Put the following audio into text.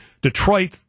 Detroit